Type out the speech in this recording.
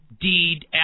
deed